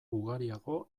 ugariago